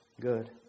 good